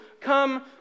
come